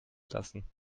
lassen